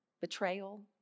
betrayal